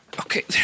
Okay